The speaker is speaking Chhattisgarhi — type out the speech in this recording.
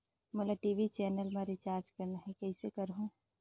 मोला टी.वी चैनल मा रिचार्ज करना हे, कइसे करहुँ?